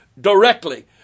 directly